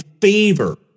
favor